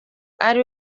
ari